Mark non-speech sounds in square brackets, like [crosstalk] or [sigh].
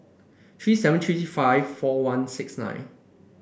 three seven three [unintelligible] five four one six nine